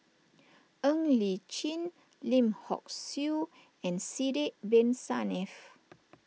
Ng Li Chin Lim Hock Siew and Sidek Bin Saniff